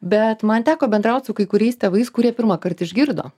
bet man teko bendraut su kai kuriais tėvais kurie pirmąkart išgirdo